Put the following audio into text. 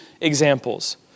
examples